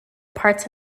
parts